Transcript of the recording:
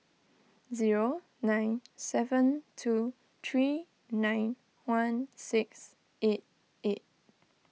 zero nine seven two three nine one six eight eight